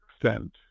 extent